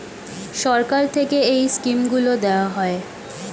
সরকার থেকে এই স্কিমগুলো দেওয়া হয়